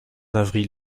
avril